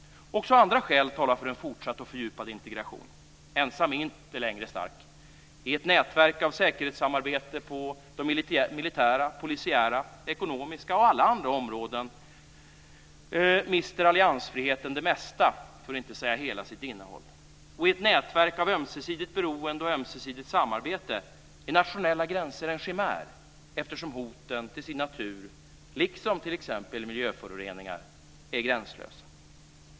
Också andra skäl talar för en fortsatt och fördjupad integration. Ensam är inte längre stark. I ett nätverk av säkerhetssamarbete på militära, polisiära, ekonomiska och alla andra områden mister alliansfriheten det mesta av - för att inte säga hela - sitt innehåll. I ett nätverk av ömsesidigt beroende och ömsesidigt samarbete är nationella gränser en chimär eftersom hoten till sin natur, liksom t.ex. miljöföroreningar, är gränslösa.